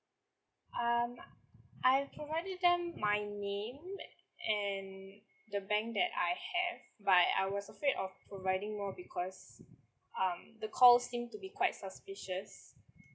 um I've provided them my name and the bank that I have but I was afraid of providing more because um the call seemed to be quite suspicious